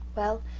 well,